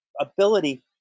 ability